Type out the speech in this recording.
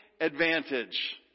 advantage